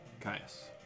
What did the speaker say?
Caius